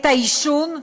את העישון,